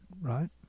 right